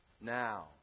now